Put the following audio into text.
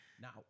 Now